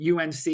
UNC